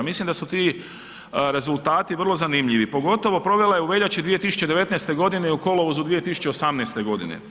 Mislim da su ti rezultati vrlo zanimljivi, pogotovo provela je u veljači 2019. g. i u kolovozu 2018. godine.